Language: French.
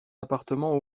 appartements